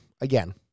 again